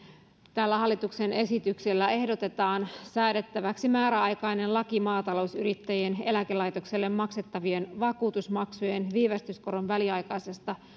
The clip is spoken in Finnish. tällä hallituksen esityksellä ehdotetaan säädettäväksi määräaikainen laki maatalousyrittäjien eläkelaitokselle maksettavien vakuutusmaksujen viivästyskoron väliaikaisesta